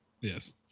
Yes